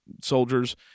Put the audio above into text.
soldiers